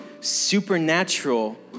supernatural